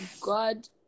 God